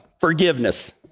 forgiveness